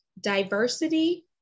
diversity